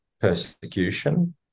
persecution